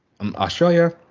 Australia